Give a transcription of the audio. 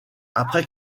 après